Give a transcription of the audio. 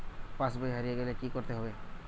পাশবই হারিয়ে গেলে কি করতে হবে?